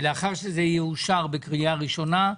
לאחר שזה יאושר בקריאה ראשונה,